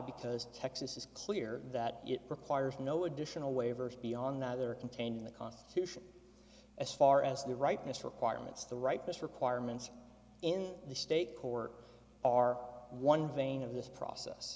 because texas is clear that it requires no additional waivers beyond that there are contained in the constitution as far as the rightness requirements the rightness requirements in the state court are one vein of this process